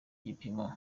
gipimo